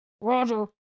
Roger